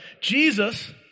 Jesus